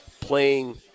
playing